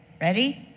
Ready